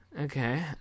okay